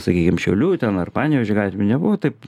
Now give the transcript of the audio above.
sakykim šiaulių ten ar panevėžio gatvių nebuvo taip